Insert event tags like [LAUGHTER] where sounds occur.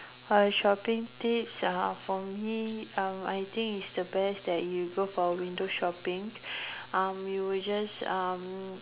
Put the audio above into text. uh shopping tips uh for me um I think it's the best that you go for window shopping [BREATH] um you will just um